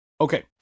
Okay